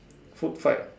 food fight